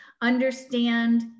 understand